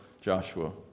Joshua